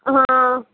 ಹಾಂ